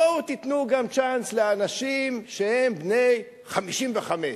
בואו, תיתנו גם צ'אנס לאנשים שהם בני 55,